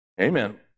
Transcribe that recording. Amen